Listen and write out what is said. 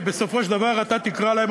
שבסופו של דבר אתה תקרא להם,